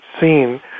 seen